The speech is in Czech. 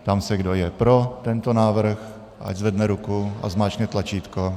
Ptám se, kdo je pro tento návrh, ať zvedne ruku a zmáčkne tlačítko.